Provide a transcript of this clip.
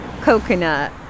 coconut